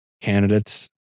candidates